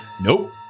Nope